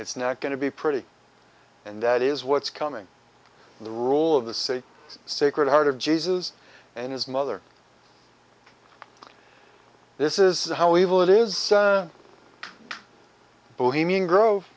it's not going to be pretty and that is what's coming the rule of the city sacred heart of jesus and his mother this is how evil it is